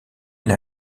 n’a